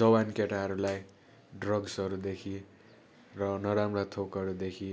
जवान केटाहरूलाई ड्रग्सहरूदेखि र नराम्रा थोकहरूदेखि